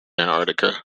antarctica